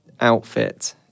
outfit